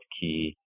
key